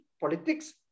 politics